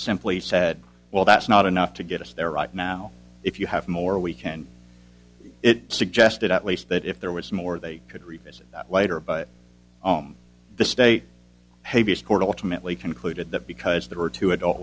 simply said well that's not enough to get us there right now if you have more weekend it suggested at least that if there was more they could revisit that home the state habeas court ultimately concluded that because there were two adult